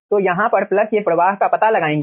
तो यहाँ पर प्लग के प्रवाह का पता लगाएंगे